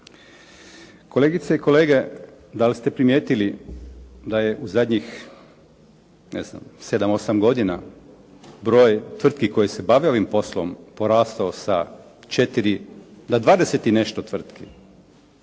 Kolegice i kolege, da li ste primijetili da je u zadnjih ne znam 7, 8 godina broj tvrtki koje se bave ovim poslom porastao sa 4 na 20 i nešto tvrtki.